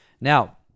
Now